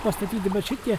pastatyti bet šitie